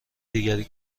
دیگری